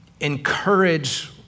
encourage